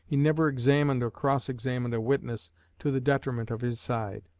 he never examined or cross-examined a witness to the detriment of his side.